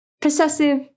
possessive